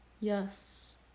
Yes